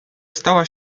stała